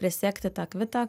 prisegti tą kvitą